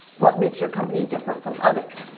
what makes your company different from others?